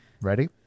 Ready